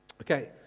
Okay